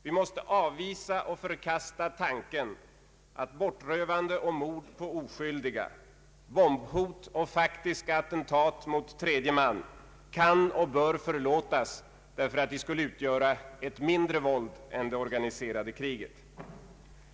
Vi måste avvisa och förkasta tanken att bortrövande och mord på oskyldiga, bombhot och faktiska attentat mot tredje man kan och bör förlåtas därför att de skulle utgöra ett mindre våld än det organiserade kriget.